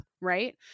right